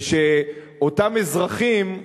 ושאותם אזרחים,